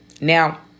Now